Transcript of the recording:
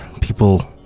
People